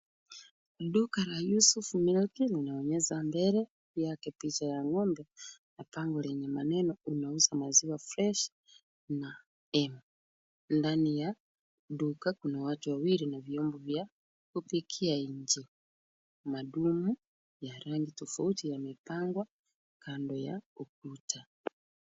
Duka la Yusuf Milk linaonyesha mbele yake picha ya ng'ombe. Bango lenye maneno, Tunaweza maziwa fresh na Aim , ndani ya duka kuna watu wawili na vyombo vya kupikia ilnje. Madumu ya rangi tofauti yamepangwa kando ya ukuta.